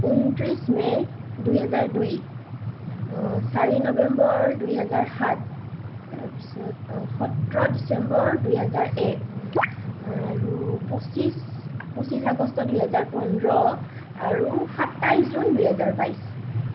ঊনত্ৰিছ মে দুহেজাৰ দুই চাৰি নৱেম্বৰ দুহেজাৰ সাত তাৰপিছত সোতৰ ডিচেম্বৰ দুহেজাৰ এক আৰু পঁচিছ পঁচিছ আগষ্ট দুহেজাৰ পোন্ধৰ আৰু সাতাইছ জুন দুহেজাৰ বাইছ